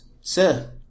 Sir